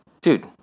Dude